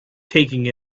taking